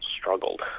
struggled